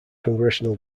congressional